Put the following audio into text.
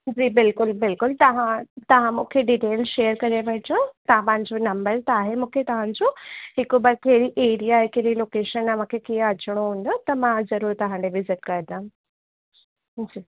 जी बिल्कुलु बिल्कुलु तव्हां तव्हां मूंखे डीटेल शेयर करे वठिजो तव्हां पंहिंजो नम्बर त आहे मूंखे तव्हांजो हिक ॿ कहिड़ी एरिया लोकेशन आहे मूंखे कीअं अचिणो हूंदो त मां ज़रूर तव्हां ॾिए विज़िट करदमि जी